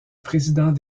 président